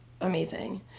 amazing